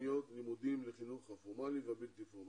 תוכניות לימודים לחינוך הפורמלי והבלתי פורמלי.